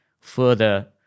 further